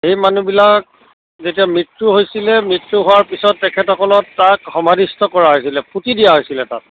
সেই মানুহবিলাক যেতিয়া মৃত্যু হৈছিলে মৃত্যু হোৱাৰ পিছত তেখেতসকলক তাত সমাধিস্থ কৰা হৈছিলে পুতি দিয়া হৈছিলে তাত